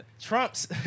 Trump's